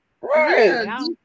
Right